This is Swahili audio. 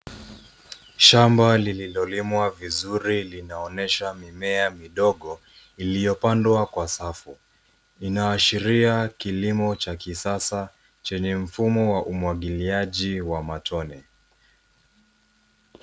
Shamba lilokimwa vizuri linaonyesha mimea midogo iliyopandwa kwa safu. Inaashiria kilimo cha kisasa chenye mfumo wa umwagiliaji wa matone.